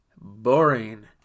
boring